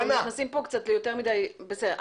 אנחנו נכנסים כאן קצת ליותר מדי בסדר,